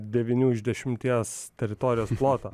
devynių iš dešimties teritorijos ploto